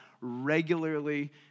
regularly